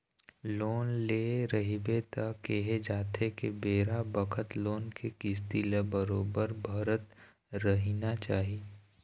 loan ले रहिबे त केहे जाथे के बेरा बखत लोन के किस्ती ल बरोबर भरत रहिना चाही